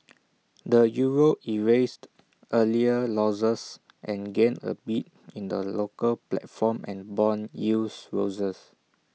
the euro erased earlier losses and gained A bit in the local platform and Bond yields roses